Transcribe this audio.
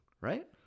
right